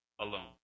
alone